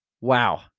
Wow